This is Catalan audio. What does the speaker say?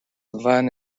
van